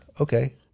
Okay